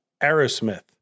Aerosmith